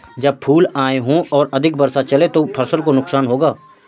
जब फूल आए हों और अधिक हवा चले तो फसल को नुकसान होगा?